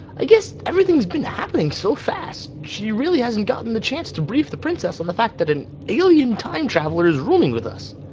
i guess everything's been happening so fast she really hasn't gotten the chance to brief the princess on the fact an alien time traveler is rooming with us.